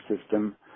system